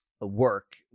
work